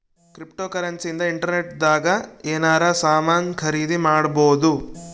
cryptocurrency ಇಂದ internet ದಾಗ ಎನಾರ ಸಾಮನ್ ಖರೀದಿ ಮಾಡ್ಬೊದು